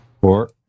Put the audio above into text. four